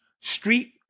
street